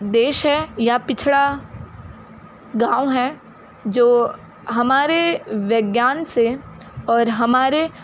देश है या पिछड़ा गाँव है जो हमारे विज्ञान से और हमारे